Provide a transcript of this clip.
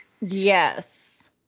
Yes